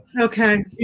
Okay